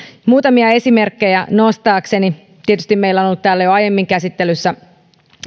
muutamia esimerkkejä nostaakseni tietysti meillä on ollut täällä jo aiemmin käsittelyssä